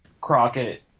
Crockett